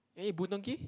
we eat Boon-Tong-Kee